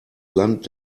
land